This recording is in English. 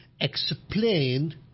explain